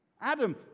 Adam